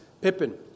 Pippin